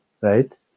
right